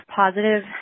positive